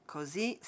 Così